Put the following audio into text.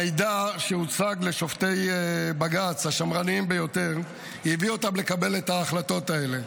המידע שהוצג לשופטי בג"ץ השמרנים ביותר הביא אותם לקבל את ההחלטות האלה,